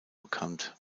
bekannt